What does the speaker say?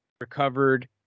recovered